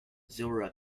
zora